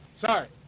Sorry